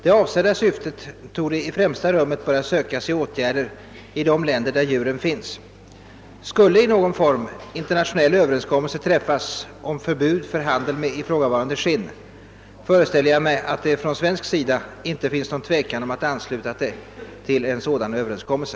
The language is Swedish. Det avsedda syftet torde i främsta rummet kunna nås genom åtgärder i de länder där djuren finns. Skulle i någon form internationell överenskommelse träffas om förbud för handel med ifrågavarande skinn, föreställer jag mig att det från svensk sida ej finns någon tvekan om att ansluta sig till en sådan överenskommelse.